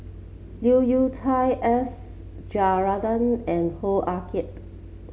Leu Yew Chye S Rajendran and Hoo Ah Kay